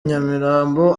nyamirambo